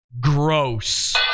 gross